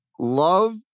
Love